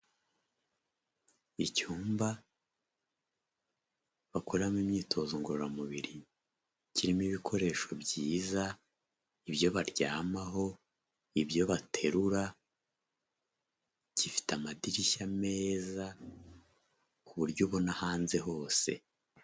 Icyumba bakoreramo imyitozo ngororamubiri, kirimo ibikoresho byiza ibyo baryamaho, ibyo baterura, gifite amadirishya meza ku buryo ubona hanze hose.